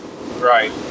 Right